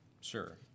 Sure